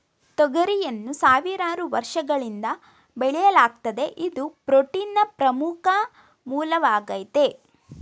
ತೊಗರಿಯನ್ನು ಸಾವಿರಾರು ವರ್ಷಗಳಿಂದ ಬೆಳೆಯಲಾಗ್ತಿದೆ ಇದು ಪ್ರೋಟೀನ್ನ ಪ್ರಮುಖ ಮೂಲವಾಗಾಯ್ತೆ